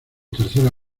tercera